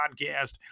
podcast